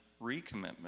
recommitment